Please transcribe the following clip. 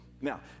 Now